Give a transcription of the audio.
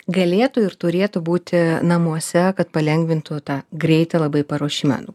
galėtų ir turėtų būti namuose kad palengvintų tą greitį labai paruošime nu